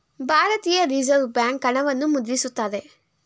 ಭಾರತೀಯ reserve bank ಹಣವನ್ನು ಮುದ್ರಿಸುತ್ತಾರೆ